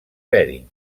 bering